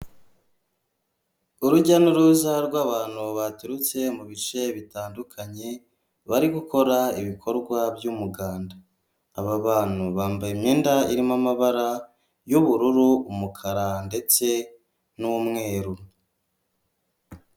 Urujya n'uruza rw'abantu baturutse mu bice bitandukanye, bari gukora ibikorwa by'umuganda, aba bantu bambaye imyenda irimo amabara y'ubururu, umukara ndetse n'umweru.